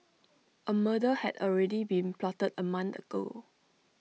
A murder had already been plotted A month ago